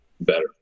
better